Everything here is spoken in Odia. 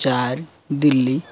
ଚାରି ଦିଲ୍ଲୀ